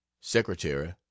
Secretary